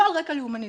לא על רקע לאומני.